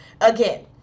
again